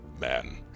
man